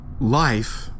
Life